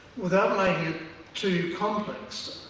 without making it too complex,